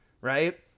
Right